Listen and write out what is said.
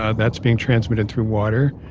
ah that's being transmitted through water.